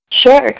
Sure